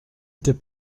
était